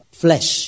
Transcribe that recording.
flesh